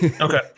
Okay